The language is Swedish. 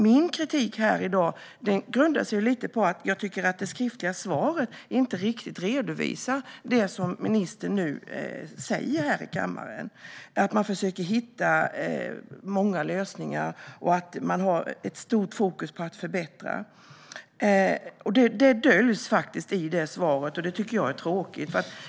Min kritik här i dag grundar sig lite grann på att jag tycker att statsrådet i sitt svar inte riktigt redovisar det som ministern nu säger här i kammaren, det vill säga att man försöker hitta många lösningar och att man har ett stort fokus på att förbättra. Detta döljs faktiskt i svaret, och det tycker jag är tråkigt.